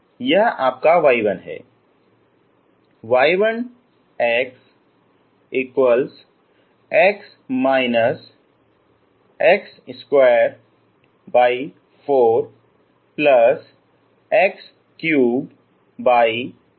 तो यह आपका y 1 है